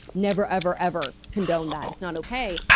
never, ever, ever condone that, it's not okay.